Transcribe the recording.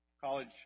college